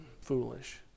foolish